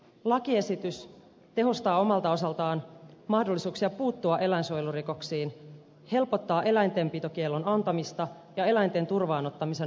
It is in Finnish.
lakiesitys tehostaa omalta osaltaan mahdollisuuksia puuttua eläinsuojelurikoksiin helpottaa eläintenpitokiellon antamista ja eläinten turvaan ottamisen mahdollisuutta